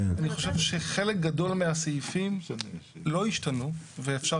אני חושב שחלק גדול מהסעיפים לא ישתנו ואפשר